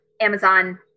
Amazon